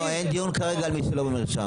אין כרגע דיון על מי שלא במרשם.